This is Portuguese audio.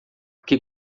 que